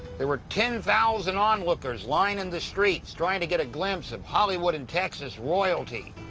there were ten thousand onlookers lining the streets, trying to get a glimpse of hollywood and texas royalty.